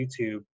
YouTube